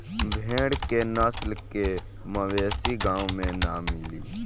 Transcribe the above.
भेड़ के नस्ल के मवेशी गाँव में ना मिली